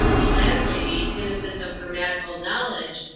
a landlady, innocent of grammatical knowledge,